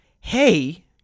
hey